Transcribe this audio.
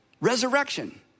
resurrection